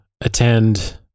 attend